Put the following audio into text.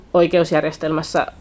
oikeusjärjestelmässä